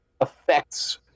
affects